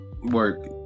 Work